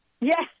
Yes